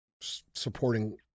supporting